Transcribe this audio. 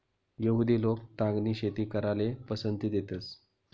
यहुदि लोक तागनी शेती कराले पसंती देतंस